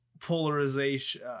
polarization